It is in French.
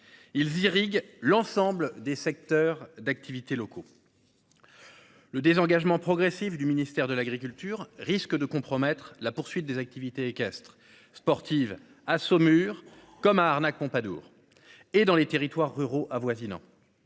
Ils irriguent l'ensemble des secteurs d'activité locaux. Le désengagement progressif du ministère de l'agriculture risque de compromettre la poursuite des activités équestres sportive à Saumur comme arnaque Pompadour et dans les territoires ruraux avoisinants.